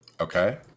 Okay